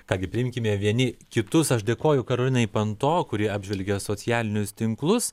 ką gi priimkime vieni kitus aš dėkoju karolinai panto kuri apžvelgia socialinius tinklus